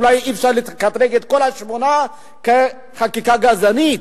אולי אי-אפשר לקטלג את כל השמונה כחקיקה גזענית,